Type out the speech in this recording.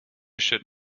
should